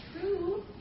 true